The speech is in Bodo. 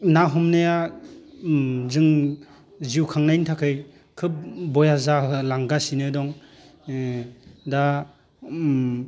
ना हमनाया उम जों जिउ खांनायनि थाखाय खोब बया जालांगासिनो दं ओ दा उम